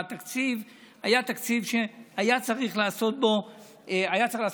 והתקציב היה תקציב שהיה צריך לעשות בו שינויים.